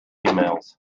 females